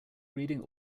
reading